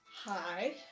hi